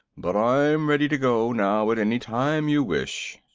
but i'm ready to go, now, at any time you wish.